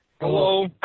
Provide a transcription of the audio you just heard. Hello